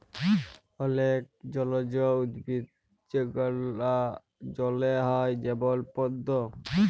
অলেক জলজ উদ্ভিদ যেগলা জলে হ্যয় যেমল পদ্দ